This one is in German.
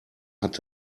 hat